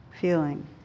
feeling